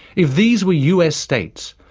if these were us states,